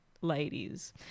ladies